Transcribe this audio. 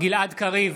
גלעד קריב,